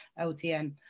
LTN